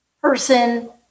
person